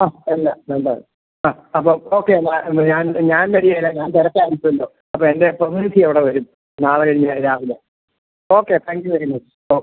ആ അല്ല വേണ്ട ആ അപ്പോൾ ഓക്കെ എന്നാൽ ഞാൻ ഞാൻ വരുകയില്ല ഞാൻ തിരക്കായിരിക്കുമല്ലോ അപ്പോൾ എൻ്റെ പ്രതിനിധി അവിടെ വരും നാളെ കഴിഞ്ഞ് രാവിലെ okay thank you very much okay